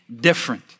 different